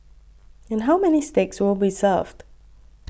and how many steaks will be served